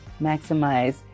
maximize